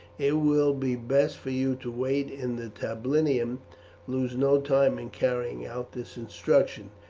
it will be best for you to wait in the tablinum lose no time in carrying out this instruction.